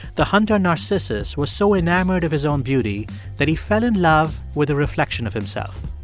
the hunter narcissus was so enamored of his own beauty that he fell in love with a reflection of himself.